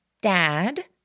Dad